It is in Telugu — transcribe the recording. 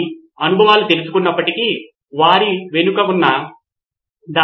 నితిన్ కురియన్ సహజంగానే నోట్స్ తయారీలో తక్కువ సమయం ఉంటే అప్పుడు పంచుకోవలసిన నోట్స్ సంఖ్య తక్కువగా ఉండాలి